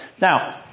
now